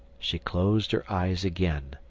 she closed her eyes again,